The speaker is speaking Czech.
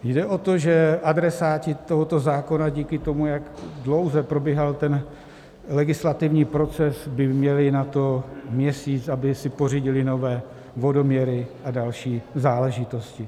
Jde o to, že adresáti tohoto zákona díky tomu, jak dlouze probíhal ten legislativní proces, by měli měsíc na to, aby si pořídili nové vodoměry a další záležitosti.